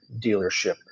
dealership